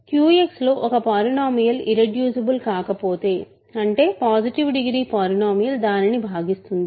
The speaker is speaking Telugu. QX లో ఒక పాలినోమీయల్ ఇర్రెడ్యూసిబుల్ కాకపోతే అంటే పాసిటివ్ డిగ్రీ పాలినోమీయల్ దానిని భాగిస్తుంది